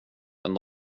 men